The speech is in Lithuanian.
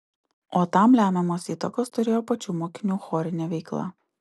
o tam lemiamos įtakos turėjo pačių mokinių chorinė veikla